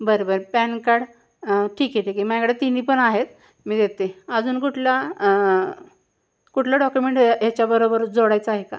बरं बरं pan card ठीक आहे ठीक आहे माझ्याकडे तिन्ही पण आहेत मी देते अजून कुठला कुठला डॉक्युमेंट ह्याच्याबरोबर जोडायचं आहे का